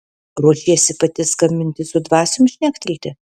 ruošiesi pati skambinti su dvasiom šnektelti